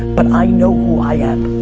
but i know who i am.